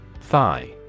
Thigh